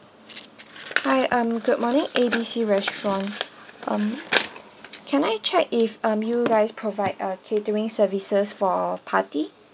hi um good money A B C restaurant um can I check if um you guys provide a catering services for party